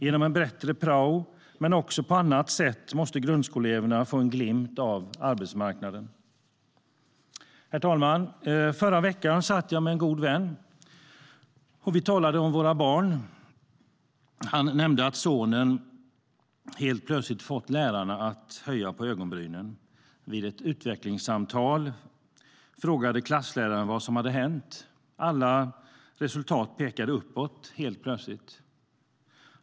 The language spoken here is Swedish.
Genom en bättre prao men också på annat sätt måste grundskoleeleverna få en glimt av arbetsmarknaden. Herr talman! Förra veckan satt jag med en god vän och talade om våra barn. Han nämnde att sonen helt plötsligt fått lärarna att höja på ögonbrynen. Vid ett utvecklingssamtal frågade klassläraren vad som hade hänt. Alla resultat pekade uppåt, helt plötsligt.